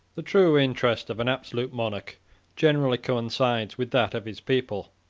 the true interest of an absolute monarch generally coincides with that of his people.